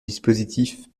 dispositif